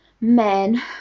men